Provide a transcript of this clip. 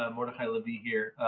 ah mordechai lavi, here.